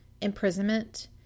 imprisonment